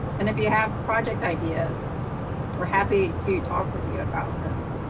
and if you have project ideas we're happy to talk with you about them